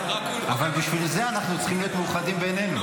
אבל בשביל זה אנחנו צריכים להיות מאוחדים בינינו,